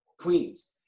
Queens